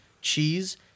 cheese